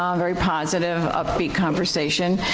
um very positive upbeat conversation.